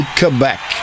Quebec